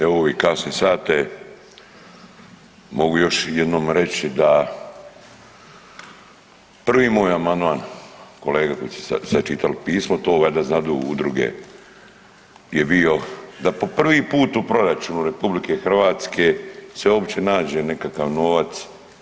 Evo u ove kasne sate mogu još jednom reći da prvi moj amandman kolega koji ste čitali pismo to valjda znadu udruge je bio da po prvi put u proračunu RH se uopće nađe nekakav novac.